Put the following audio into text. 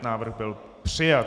Návrh byl přijat.